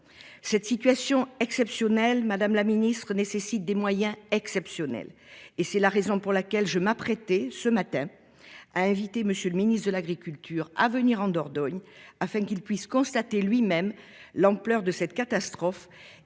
cette situation exceptionnelle Madame la Ministre nécessite des moyens exceptionnels. Et c'est la raison pour laquelle je m'a prêté ce matin a invité Monsieur le Ministre de l'Agriculture à venir en Dordogne afin qu'il puisse constater lui-même l'ampleur de cette catastrophe